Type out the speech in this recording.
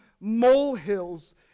molehills